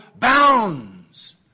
bounds